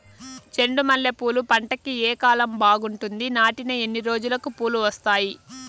చెండు మల్లె పూలు పంట కి ఏ కాలం బాగుంటుంది నాటిన ఎన్ని రోజులకు పూలు వస్తాయి